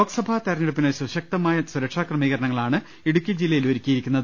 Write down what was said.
ലോക്സഭാ തെരഞ്ഞെടുപ്പിന് സുശക്തമായ സുരക്ഷാ ക്രമീകരണങ്ങളാണ് ഇടുക്കി ജില്ലയിൽ ഒരുക്കിയിരിക്കുന്നത്